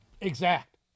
exact